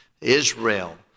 Israel